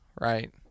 right